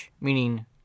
meaning